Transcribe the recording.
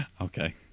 Okay